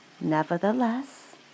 nevertheless